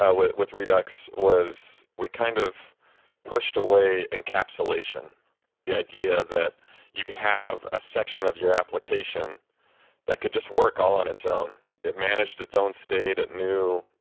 ah with with redux was we kind of pushed away encapsulation the idea that you could have a section of your application that could just work all on its own. it managed its own state, it knew